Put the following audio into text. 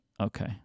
okay